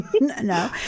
No